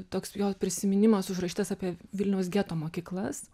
toks jo prisiminimas užrašytas apie vilniaus geto mokyklas